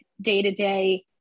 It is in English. day-to-day